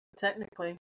Technically